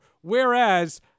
Whereas